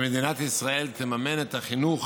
שמדינת ישראל תממן את החינוך